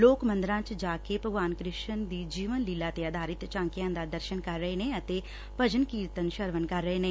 ਲੋਕ ਮੰਦਰਾਂ ਚ ਜਾ ਕੇ ਭਗਵਾਨ ਕਿਸ਼ਨ ਦੀ ਜੀਵਨ ਲੀਲਾ ਤੇ ਆਧਾਰਿਤ ਝਾਕੀਆਂ ਦਾ ਦਰਸ਼ਨ ਕਰ ਰਹੇ ਨੇ ਅਤੇ ਭਜਨ ਕੀਰਤਨ ਸਰਵਨ ਕਰ ਰਹੇ ਨੇ